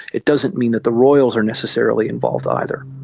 it doesn't mean that the royals are necessarily involved either.